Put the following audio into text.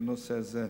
בנושא זה.